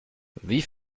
wie